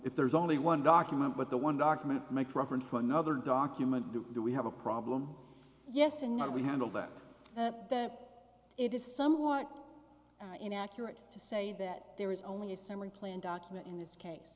if there's only one document with the one document make reference to another document do we have a problem yes and not we handle that that it is somewhat inaccurate to say that there is only a summary plan document in this case